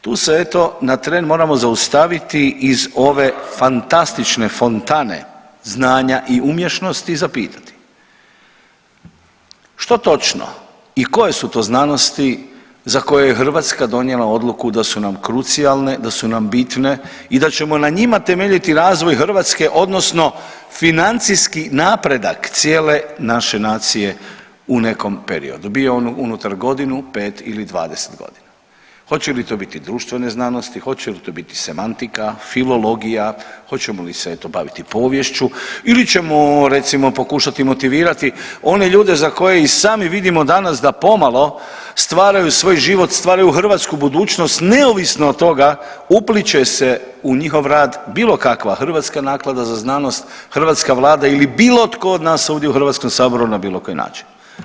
Tu se eto na tren moramo zaustaviti iz ove fantastične fontane znanja i umješnosti zapitati što točno i koje su to znanosti za koje je Hrvatska donijela odluku da su nam krucijalne, da su nam bitne i da ćemo na njima temeljiti razvoj Hrvatske odnosno financijski napredak cijele naše nacije u nekom periodu bio on unutar godinu, 5 ili 20.g., hoće li to biti društvene znanosti, hoće li to biti semantika, filologija, hoćemo li se eto baviti poviješću ili ćemo recimo pokušati motivirati one ljude za koje i sami vidimo danas da pomalo stvaraju svoj život, stvaraju hrvatsku budućnost neovisno od toga upliće se u njihov rad bilo kakva Hrvatska naklada za znanost, hrvatska vlada ili bilo tko od nas ovdje u HS na bilo koji način.